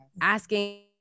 asking